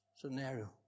scenario